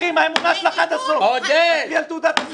לכי עם העמדה שלך עד הסוף ותרי על תעודת הזהות הישראלית.